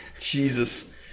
Jesus